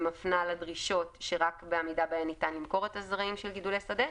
ומפנה לדרישות שרק בעמידה בהן ניתן למכור את הזרעים של גידולי השדה,